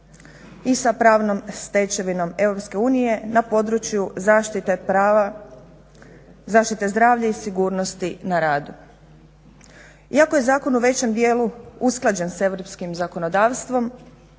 i sa pravnom stečevinom EU na području zaštite zdravlja i sigurnosti na radu. Iako je zakon u većem dijelu usklađen sa europskim zakonodavstvom